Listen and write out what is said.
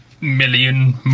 million